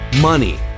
money